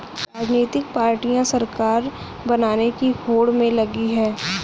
राजनीतिक पार्टियां सरकार बनाने की होड़ में लगी हैं